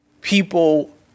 people